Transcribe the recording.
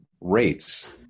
rates